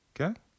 Okay